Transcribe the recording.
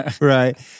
Right